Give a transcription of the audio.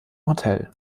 hotel